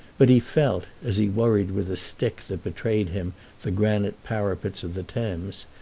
but he felt, as he worried with a stick that betrayed him the granite parapets of the thames,